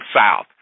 south